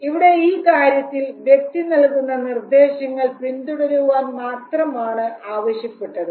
ഇവിടെ ഈ കാര്യത്തിൽ വ്യക്തി നൽകുന്ന നിർദേശങ്ങൾ പിന്തുടരുവാൻ മാത്രമാണ് ആവശ്യപ്പെട്ടത്